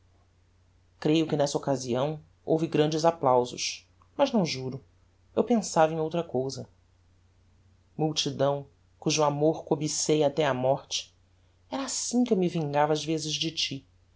creio que nessa occasião houve grandes applausos mas não juro eu pensava em outra cousa multidão cujo amor cobicei até á morte era assim que eu me vingava ás vezes de ti